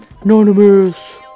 Anonymous